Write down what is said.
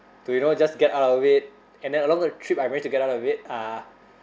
to you know just get out of it and then along the trip I managed to get out of it uh